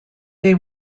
they